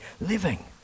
living